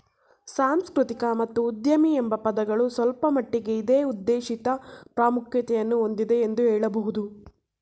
ಸಾಂಸ್ಕೃತಿಕ ಮತ್ತು ಉದ್ಯಮಿ ಎಂಬ ಪದಗಳು ಸ್ವಲ್ಪಮಟ್ಟಿಗೆ ಇದೇ ಉದ್ದೇಶಿತ ಪ್ರಾಮುಖ್ಯತೆಯನ್ನು ಹೊಂದಿದೆ ಎಂದು ಹೇಳಬಹುದು